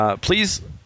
Please